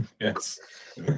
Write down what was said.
Yes